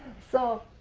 so